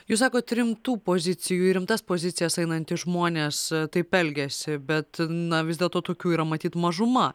jūs sakot rimtų pozicijų į rimtas pozicijas einantys žmonės taip elgiasi bet na vis dėlto tokių yra matyt mažuma